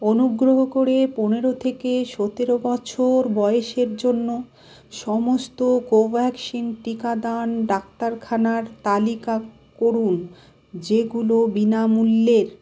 অনুগ্রহ করে পনেরো থেকে সতেরো বছর বয়সের জন্য সমস্ত কোভ্যাক্সিন টিকাদান ডাক্তারখানার তালিকা করুন যেগুলো বিনামূল্যের